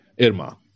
IRMA